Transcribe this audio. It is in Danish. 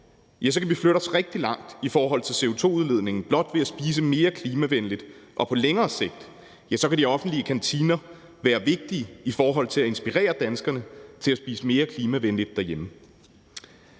kan vi flytte os rigtig langt i forhold til CO2-udledningen blot ved at spise mere klimavenligt, og på længere sigt kan de offentlige kantiner være vigtige i forhold til at inspirere danskerne til at spise mere klimavenligt derhjemme.